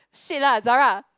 shit lah Zara